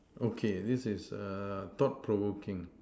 okay this is err thought provoking